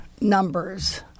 numbers